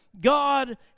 God